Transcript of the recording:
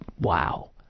wow